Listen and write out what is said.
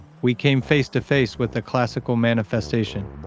we came face-to-face with a classical manifestation.